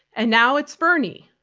and now it's bernie,